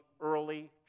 early